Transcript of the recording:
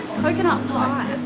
coconut pie